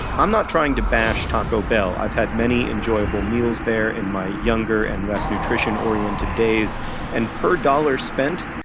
i'm not trying to bash taco bell. i've had many enjoyable meals there in my younger and less nutrition-oriented nutrition-oriented days and per dollar spent,